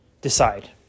decide